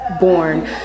born